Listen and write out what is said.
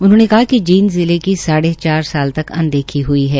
उन्होंने कहा कि जींद जिले साढ़े चार तक अनदेखी हुई है